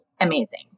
amazing